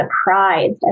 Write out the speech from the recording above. surprised